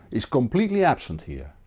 is completely absent here.